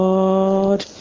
Lord